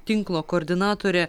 tinklo koordinatorė